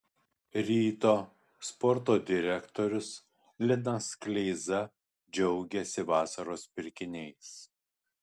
ryto sporto direktorius linas kleiza džiaugėsi vasaros pirkiniais